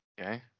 Okay